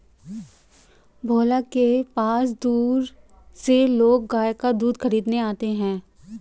भोला के पास दूर से लोग गाय का दूध खरीदने आते हैं